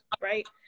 right